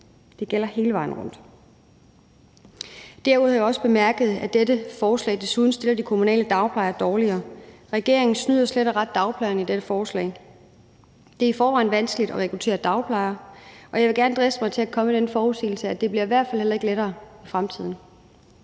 det gælder hele vejen rundt. Derudover har jeg også bemærket, at dette forslag desuden stiller de kommunale dagplejere dårligere. Regeringen snyder slet og ret dagplejerne med dette forslag. Det er i forvejen vanskeligt at rekruttere dagplejere, og jeg vil gerne driste mig til at komme med den forudsigelse, at det i hvert fald heller ikke bliver lettere i fremtiden.